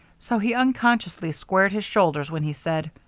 so he unconsciously squared his shoulders when he said,